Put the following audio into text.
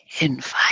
invite